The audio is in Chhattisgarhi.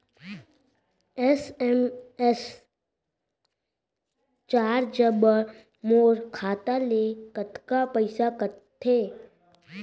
एस.एम.एस चार्ज बर मोर खाता ले कतका पइसा कटथे?